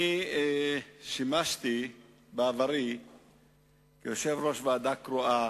בעברי שימשתי יושב-ראש ועדה קרואה